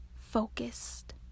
focused